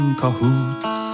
cahoots